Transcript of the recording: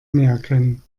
merken